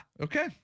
Okay